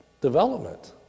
development